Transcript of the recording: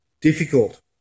difficult